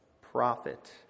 prophet